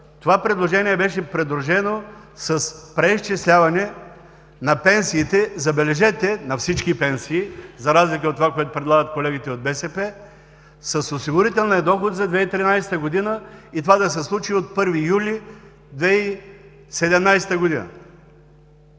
Това предложение беше придружено с преизчисляване на пенсиите, забележете, на всички пенсии, за разлика от това, което предлагат колегите от БСП с осигурителния доход за 2013 г. и това да се случи от 1 юли 2017 г.